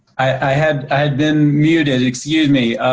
i had i had been muted, excuse me.